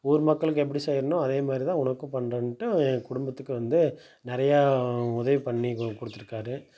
ஊர் மக்களுக்கு எப்படி செய்கிறனோ அதேமாதிரி தான் உனக்கும் பண்ணுறேன்ட்டு என் குடும்பத்துக்கு வந்து நிறையா உதவி பண்ணி கு கொடுத்துருக்காரு